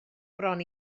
bron